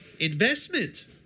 investment